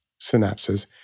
synapses